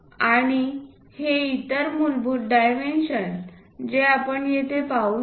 आणि हे इतर मूलभूत डायमेन्शन जे आपण येथे पाहू शकतो